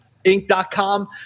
Inc.com